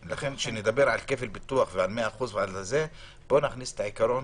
כשנדבר על כפל ביטוח ועל 100% - בוא נכניס את העיקרון